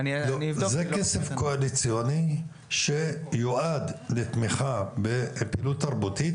אני אבדוק --- זה כסף קואליציוני שיועד לתמיכה בפעילות תרבותית,